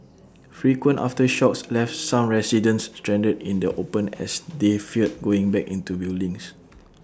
frequent aftershocks left some residents stranded in the open as they feared going back into buildings